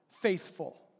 faithful